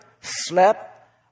slept